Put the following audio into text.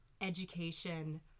education